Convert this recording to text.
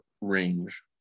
range